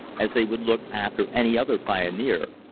as they would look after any other pioneer,